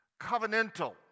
Covenantal